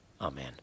Amen